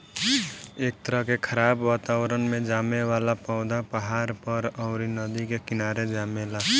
ए तरह के खराब वातावरण में जामे वाला पौधा पहाड़ पर, अउरी नदी के किनारे जामेला